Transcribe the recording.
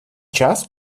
час